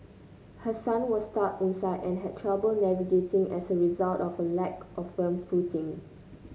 her son was stuck inside and had trouble navigating as a result of a lack of firm footing